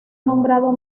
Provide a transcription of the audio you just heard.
nombrado